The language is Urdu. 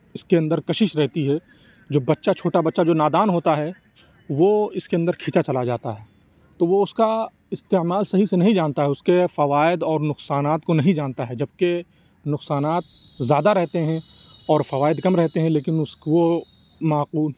اِس كے اندر كشش رہتی ہے جو بچہ چھوٹا بچہ جو نادان ہوتا ہے وہ اِس كے اندر كھنچا چلا جاتا ہے تو وہ اُس كا استعمال صحیح سے نہیں جانتا ہے اِس كے فوائد اور نقصانات كو نہیں جانتا ہے جب کہ نقصانات زیادہ رہتے ہیں اور فوائد كم رہتے ہیں لیكن اُس كو وہ معقول